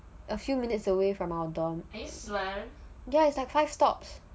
a few minutes away from our dorm it is like five stops